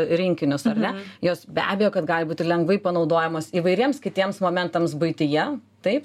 rinkinius ar ne jos be abejo kad gali būti lengvai panaudojamos įvairiems kitiems momentams buityje taip